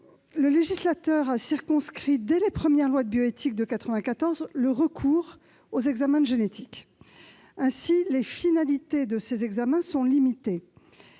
Le législateur a circonscrit, dès les premières lois de bioéthique de 1994, le recours aux examens génétiques. Ainsi, les finalités de ces examens sont limitées